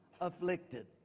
afflicted